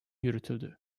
yürütüldü